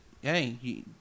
hey